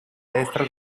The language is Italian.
destra